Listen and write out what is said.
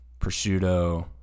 prosciutto